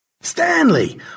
Stanley